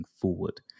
forward